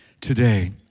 today